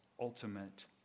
ultimate